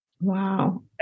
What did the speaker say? Wow